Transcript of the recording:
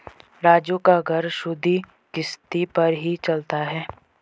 राजू का घर सुधि किश्ती पर ही चलता है